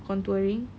contouring